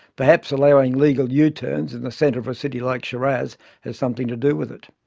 perhaps allowing legal yeah u-turns in the centre of a city like shiraz has something to do with it.